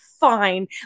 fine